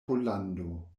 pollando